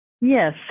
Yes